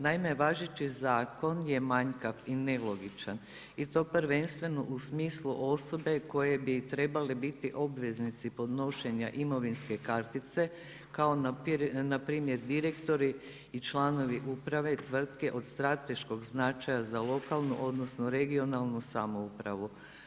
Naime, važeći zakon je manjkav i nelogičan i to prvenstveno u smislu osobe koje bi trebale biti obveznici podnošenja imovinske kartice kao na primjer direktori i članovi uprave, tvrtke od strateškog značaja za lokalnu, odnosno regionalnu samoupravu.